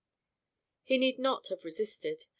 he need not have resisted,